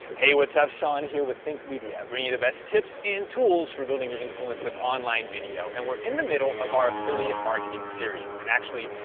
hey what's up? sean here with think media, bringing you the best tips and tools for building your influence with online video. and we're in the middle of our affiliate marketing series. and actually,